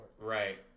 right